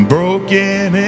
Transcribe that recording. Broken